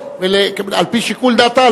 על-פי שיקול דעתה,